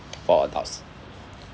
four adults